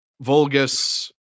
vulgus